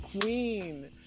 Queen